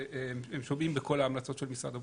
הם שומעים לכל ההמלצות של משרד הבריאות.